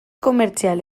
komertzial